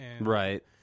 Right